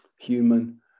human